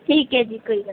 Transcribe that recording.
ਠੀਕ ਹੈ ਜੀ ਕੋਈ ਗੱਲ ਨਹੀਂ